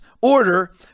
order